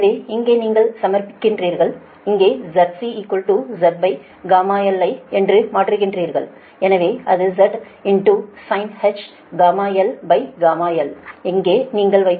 எனவே இங்கே நீங்கள் சமர்ப்பிக்கிறீர்கள் இங்கே ZC Zγl ஐ என்று மாற்றுகிறீர்கள் எனவே அது Zsinh γl γl இங்கே நீங்கள் வைத்துள்ளீர்கள்